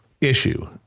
issue